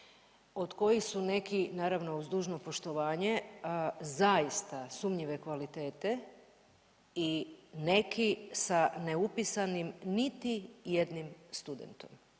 od kojih su neki naravno uz dužno poštovanje zaista sumnjive kvalitete i neki sa neupisanim niti jednim studentom